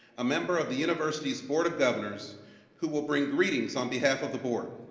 a member of the university's board of governors who will bring greetings on behalf of the board.